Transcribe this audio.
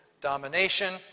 domination